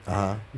ah !huh!